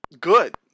good